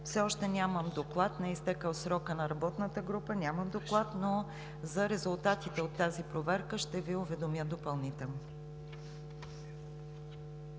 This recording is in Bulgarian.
Все още нямам доклад. Не е изтекъл срокът на работната група. Нямам доклад, но за резултатите от тази проверка ще Ви уведомя допълнително.